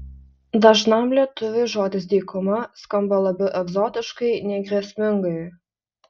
dažnam lietuviui žodis dykuma skamba labiau egzotiškai nei grėsmingai